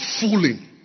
fooling